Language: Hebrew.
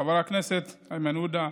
חבר הכנסת איימן עודה,